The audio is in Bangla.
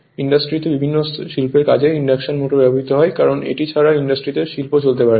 ইন্ডাস্ট্রিতে বিভিন্ন শিল্পের কাজে ইন্ডাকশন মোটর ব্যাবহৃত হয় কারণ এটি ছাড়া ইন্ডাস্ট্রিতে শিল্প চলতে পারে না